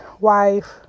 wife